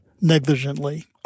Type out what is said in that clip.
negligently